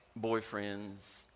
boyfriends